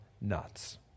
nuts